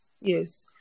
Yes